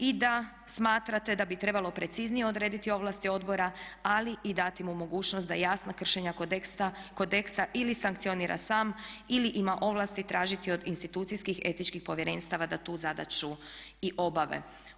I da smatrate da bi trebalo preciznije odrediti ovlasti odbora ali i dati mu mogućnost da jasna kršenja kodeksa ili sankcionira sam ili ima ovlasti tražiti od institucijskih etičkih povjerenstava da tu zadaću i obave.